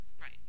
Right